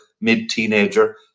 mid-teenager